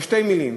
או שתי מילים: